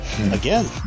Again